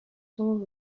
soon